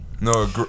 no